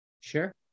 Sure